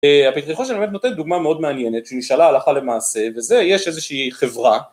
הפתחי חושן באמת נותן דוגמה מאוד מעניינת שנשאלה הלכה למעשה, וזה, יש איזושהי חברה